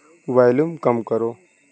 volume کم کرو